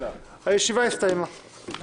הצבעה בעד שינוי ההרכב הסיעתי של ועדות הכנסת 5 נגד,